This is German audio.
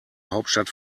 hauptstadt